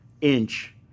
inch